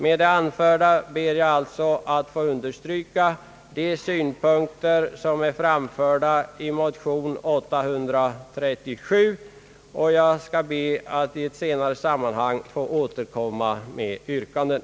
Med det anförda ber jag endast att få understryka de synpunkter som är framförda i motion I: 837. Jag ber att i ett senare sammanhang få återkomma med yrkanden.